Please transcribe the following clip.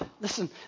listen